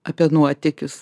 apie nuotykius